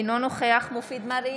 אינו נוכח מופיד מרעי,